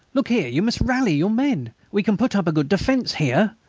look here, you must rally your men. we can put up a good defence here.